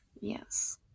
Yes